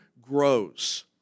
grows